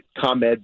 ComEd